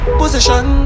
position